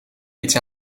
iets